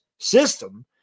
system